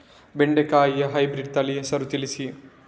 ಬೆಂಡೆಕಾಯಿಯ ಹೈಬ್ರಿಡ್ ತಳಿ ಹೆಸರು ತಿಳಿಸಿ?